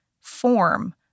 form